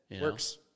Works